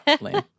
lame